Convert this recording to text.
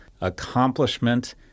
accomplishment